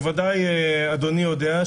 ודאי אדוני יודע,